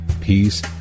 peace